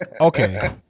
okay